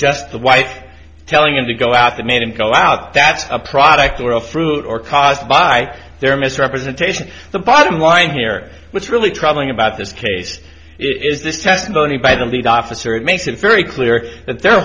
just the wife telling him to go out that made him go out that's a product or a fruit or caused by their misrepresentation the bottom line here what's really troubling about this case it is this testimony by the lead officer it makes it very clear that their